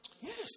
Yes